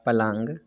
पलङ्ग